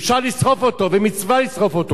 אפשר לשרוף אותו ומצווה לשרוף אותו.